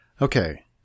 Okay